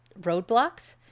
roadblocks